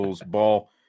ball